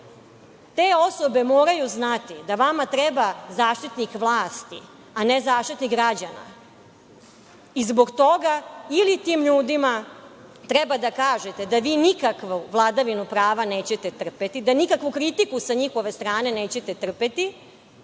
osobe moraju znati da vama treba zaštitnik vlasti, a ne Zaštitnik građana. I zbog toga, ili tim ljudima treba da kažete da vi nikakvu vladavinu prava nećete trpeti, da nikakvu kritiku sa njihove strane nećete trpeti,